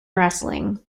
wrestling